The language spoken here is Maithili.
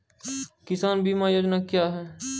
किसान बीमा योजना क्या हैं?